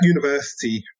university